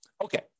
Okay